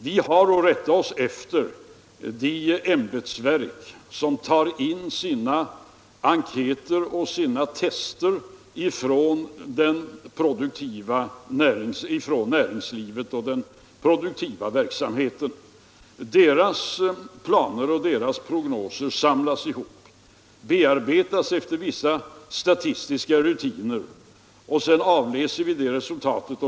Vi har att rätta oss efter de ämbetsverk som tar in sina enkäter och sina tester från näringslivet och den produktiva verksamheten. Deras planer och deras prognoser samlas ihop, bearbetas efter vissa statistiska rutiner, och sedan avläser vi det resultatet.